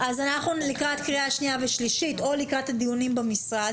אנחנו לקראת קריאה שנייה ושלישית או לקראת הדיונים במשרד